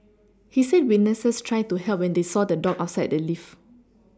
he said witnesses tried to help when they saw the dog outside the lift